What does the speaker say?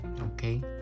Okay